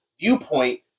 viewpoint